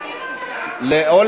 למה?